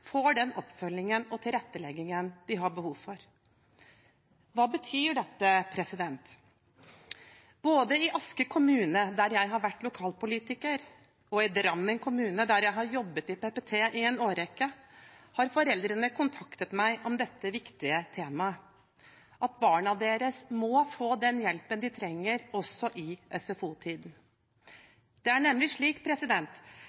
og tilrettelegginga dei har behov for.» Hva betyr dette? Både i Asker kommune, der jeg har vært lokalpolitiker, og i Drammen kommune, der jeg har jobbet i PPT i en årrekke, har foreldrene kontaktet meg om dette viktige temaet, at barna deres må få den hjelpen de trenger også i